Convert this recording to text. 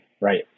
right